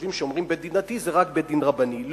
וחושבים שכשאומרים בית-דין דתי זה רק בית-דין רבני.